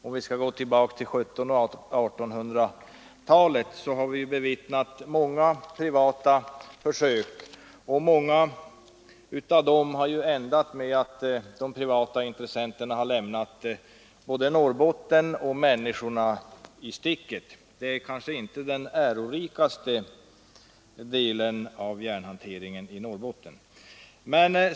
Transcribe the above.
Om vi går tillbaka till 1700 och 1800-talen finner vi att det har gjorts många försök på privat väg. En hel del av dessa har ändat med att de privata intressenterna har lämnat både Norrbotten och människorna där i sticket. De försöken representerar kanske inte den ärorikaste delen av järnhanteringen i Norrbotten.